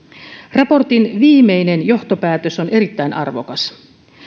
raportin viimeinen johtopäätös on erittäin arvokas